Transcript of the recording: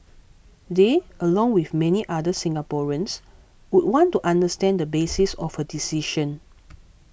they along with many other Singaporeans would want to understand the basis of her decision